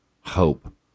hope